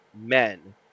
men